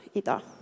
idag